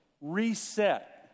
reset